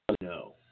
no